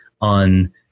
on